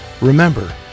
remember